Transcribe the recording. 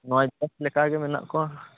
ᱱᱚᱭᱼᱫᱚᱥ ᱞᱮᱠᱟ ᱜᱮ ᱢᱮᱱᱟᱜ ᱠᱚᱣᱟ